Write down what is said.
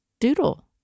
doodle